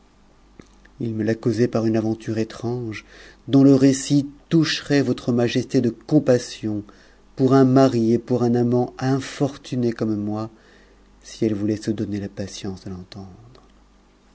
il me l'a causée par une aventure étrange dont le récit toucherait votre majesté de compassion pour un mari et pour un amant infortuné comme moi si elle voulait se donner la patience de l'entendre